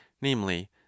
namely